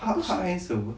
hulk hulk handsome apa